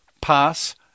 pass